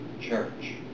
church